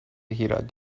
هیراد